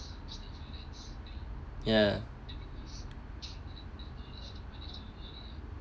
ya